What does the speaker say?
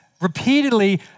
repeatedly